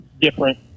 different